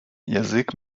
язик